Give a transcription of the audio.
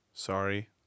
Sorry